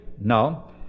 No